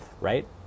right